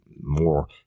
more